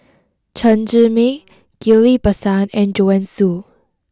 Chen Zhiming Ghillie Basan and Joanne Soo